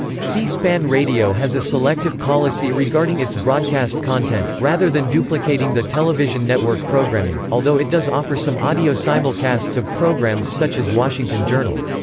c-span radio has a selective policy regarding its broadcast content, rather than duplicating the television network programming, although it does offer some audio simulcasts of programs such as washington journal.